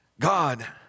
God